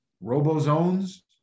robo-zones